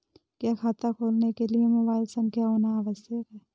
क्या खाता खोलने के लिए मोबाइल संख्या होना आवश्यक है?